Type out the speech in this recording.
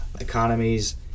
economies